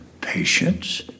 patience